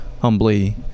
humbly